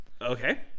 Okay